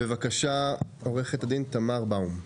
בבקשה, עורכת הדין תמר באום.